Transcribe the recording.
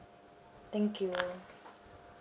thank you